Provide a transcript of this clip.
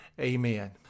Amen